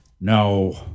No